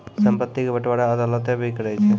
संपत्ति के बंटबारा अदालतें भी करै छै